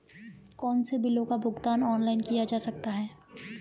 कौनसे बिलों का भुगतान ऑनलाइन किया जा सकता है?